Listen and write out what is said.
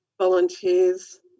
volunteers